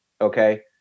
Okay